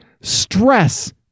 stress